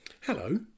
Hello